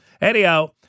anyhow